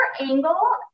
angle